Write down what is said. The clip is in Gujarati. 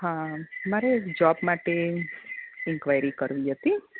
હા મારે જોબ માટે ઇન્કયારી કરવી હતી